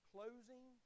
Closing